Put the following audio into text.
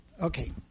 Okay